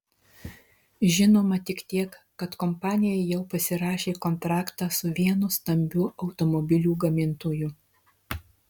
žinoma tik tiek kad kompanija jau pasirašė kontraktą su vienu stambiu automobilių gamintoju